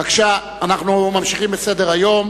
אנחנו ממשיכים בסדר-היום